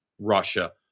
Russia